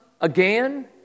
again